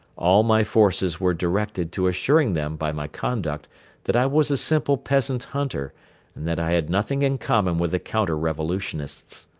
all my forces were directed to assuring them by my conduct that i was a simple peasant hunter and that i had nothing in common with the counter-revolutionists.